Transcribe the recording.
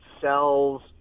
sells